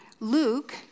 Luke